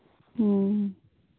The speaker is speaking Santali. ᱦᱮᱸ